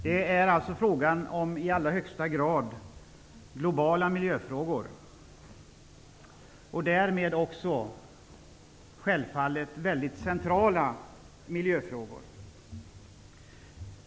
Det är i allra högsta grad frågan om globala miljöfrågor. Därmed är det självfallet också frågan om mycket centrala miljöfrågor.